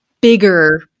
bigger